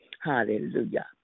hallelujah